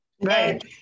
Right